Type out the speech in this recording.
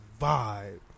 vibe